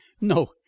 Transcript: no